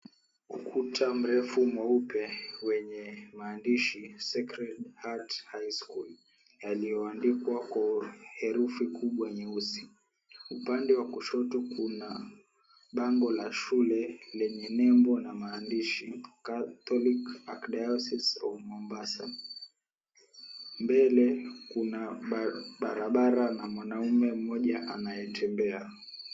Ukuta mrefu mweupe wenye maandishi SACRED HEART HIGH SCHOOL yaliyo andikwa kwa herufi kubwa nyeusi. Upande wa kushoto kuna bango la shule lenye nembo na maandishi CATHOLIC ARCH DIOSIS OF MOMBASA . Mbele kuna barabara na mwanaume mmoja anayetembea.